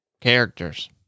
characters